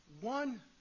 one